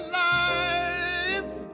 life